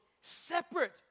separate